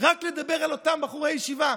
רק לדבר על אותם בחורי ישיבה.